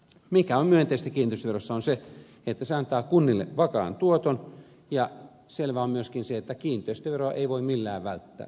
mikä on myönteistä kiinteistöverossa on se että se antaa kunnille vakaan tuoton ja selvää on myöskin se että kiinteistöveroa ei voi millään välttää